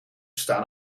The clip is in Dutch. staan